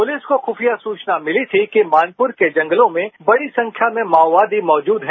police को खुफिया सूचना मिली थी कि मानपुर के जंगलों में बड़ी संख्या में माओवादी मौजूद है